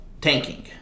Tanking